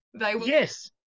Yes